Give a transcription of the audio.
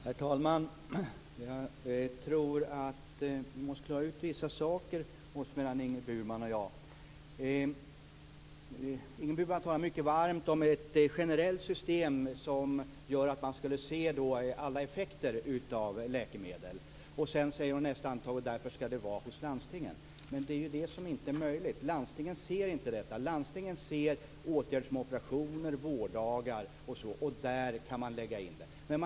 Herr talman! Jag tror att Ingrid Burman och jag måste klara ut vissa saker. Ingrid Burman talar mycket varmt om ett generellt system, som gör att man kan se alla effekter av läkemedel. I nästa andetag säger hon att ansvaret därför skall vara hos landstingen. Men det är ju det som inte är möjligt. Landstingen ser inte detta. Landstingen ser åtgärder som operationer, vårddagar osv., och där kan man lägga ansvaret.